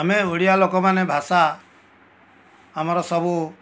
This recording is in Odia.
ଆମେ ଓଡ଼ିଆ ଲୋକମାନେ ଭାଷା ଆମର ସବୁ